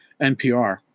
NPR